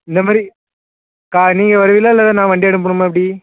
இந்த மாதிரி க நீங்க வருவியளா இல்லை அது நான் வண்டி அனுப்பணுமா எப்படி